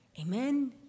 Amen